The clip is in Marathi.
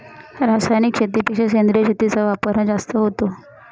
रासायनिक शेतीपेक्षा सेंद्रिय शेतीचा वापर हा जास्त होतो